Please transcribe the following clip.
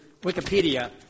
Wikipedia